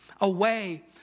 away